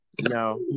No